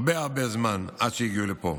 הרבה הרבה זמן עד שהגיעו לפה.